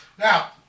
Now